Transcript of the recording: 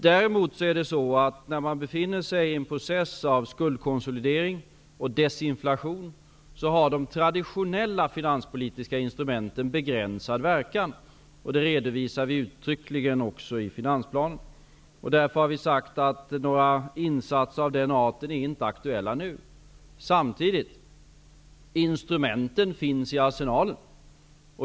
Det är dessutom så, att när man befinner sig i en process av skuldkonsolidering och desinflation, har de traditionella finanspolitiska instrumenten begränsad verkan. Det redovisar vi uttryckligen också i finansplanen. Vi har därför också sagt att några insatser av den arten inte är aktuella nu. Samtidigt är det ju så, att instrumenten finns i arsenalen.